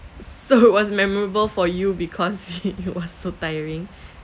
so what's memorable for you because he he was so tiring